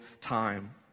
time